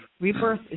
Rebirth